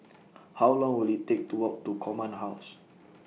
How Long Will IT Take to Walk to Command House